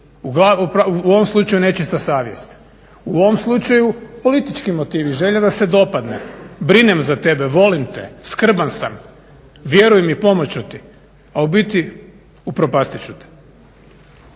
U ovom slučaju nečista savjest. U ovom slučaju politički motivi, želja da se dopadne. Brinem za tebe, volim te, skrban sam, vjeruj mi pomoći ću ti, a u biti upropastit ću te.